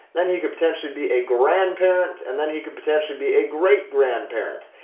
then he could potentially be a grandparent, and then he could potentially be a great grandparents.